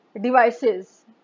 devices